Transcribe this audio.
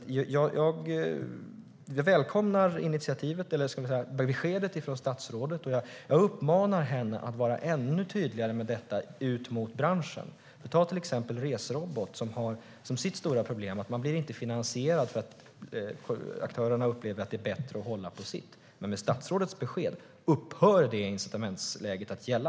Jag välkomnar initiativet och beskedet från statsrådet, och jag uppmanar henne att vara ännu tydligare med detta ut mot branschen. Ta till exempel Resrobot, som har som sitt stora problem att man inte blir finansierad eftersom aktörerna upplever att det är bättre att hålla på sitt. Men med statsrådets besked upphör det incitamentsläget att gälla.